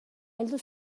heldu